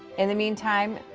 and the meantime,